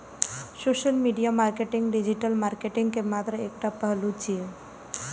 social media marketing digital marketing के मात्र एकटा पहलू छियै